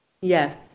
Yes